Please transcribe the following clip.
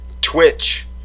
Twitch